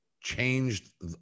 changed